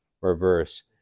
reverse